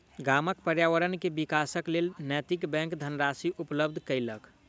गामक पर्यावरण के विकासक लेल नैतिक बैंक धनराशि उपलब्ध केलक